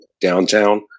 downtown